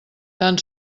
tan